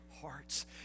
hearts